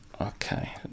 Okay